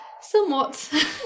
somewhat